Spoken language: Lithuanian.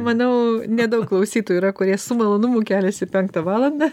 manau nedaug klausytojų yra kurie su malonumu keliasi penktą valandą